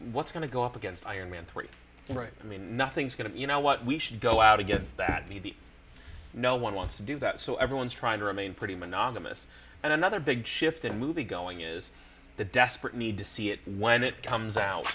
what's going to go up against iron man three right i mean nothing's going to you know what we should go out against that me the no one wants to do that so everyone's trying to remain pretty monogamous and another big shift in movie going is the desperate need to see it when it comes out